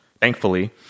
thankfully